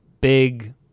big